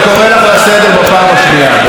אני קורא אותך לסדר בפעם השנייה.